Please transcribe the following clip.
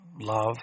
love